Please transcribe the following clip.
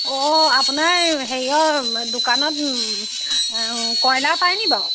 অঁ আপোনাৰ হেৰি দোকানত কইলাৰ পায় নেকি বাৰু